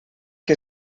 que